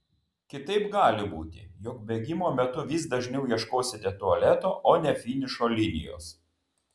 kitaip gali būti jog bėgimo metu vis dažniau ieškosite tualeto o ne finišo linijos